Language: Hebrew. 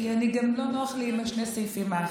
כי גם לא נוח לי עם שני הסעיפים האחרים.